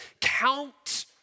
count